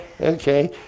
Okay